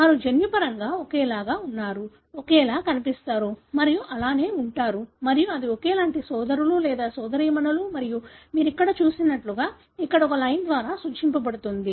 వారు జన్యుపరంగా ఒకేలా ఉన్నారు ఒకేలా కనిపిస్తారు మరియు అలానే ఉంటారు మరియు అది ఒకేలాంటి సోదరులు లేదా సోదరీమణులు మరియు మీరు ఇక్కడ చూసినట్లుగా ఇక్కడ ఒక లైన్ ద్వారా సూచించబడుతుంది